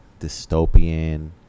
dystopian